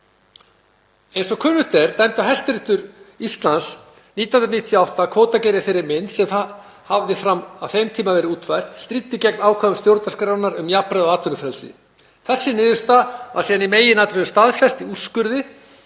„Eins og kunnugt er dæmdi Hæstiréttur Íslands 1998 að kvótakerfið í þeirri mynd, sem það hafði fram að þeim tíma verið útfært, stríddi gegn ákvæðum stjórnarskrárinnar um jafnræði og atvinnufrelsi. Þessi niðurstaða var síðan í meginatriðum staðfest í úrskurði